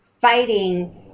fighting